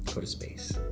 go to space.